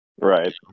Right